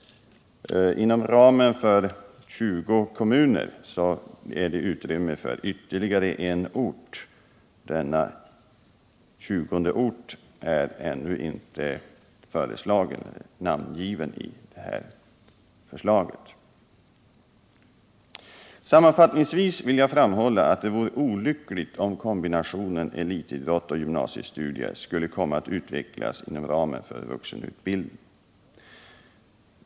Inom ramen för 20 kommuner finns det utrymme för ytterligare en ort. Denna tjugonde ort är inte namngiven i det här förslaget. Sammanfattningsvis vill jag framhålla att det vore olyckligt om kombinationen elitidrott och gymnasiestudier skulle komma att utvecklas inom ramen för vuxenutbildning.